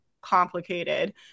complicated